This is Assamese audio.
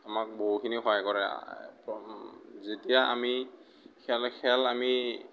আমাক বহুখিনি সহায় কৰে যেতিয়া আমি খেল খেল আমি